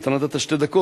אתה נתת שתי דקות,